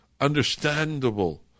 understandable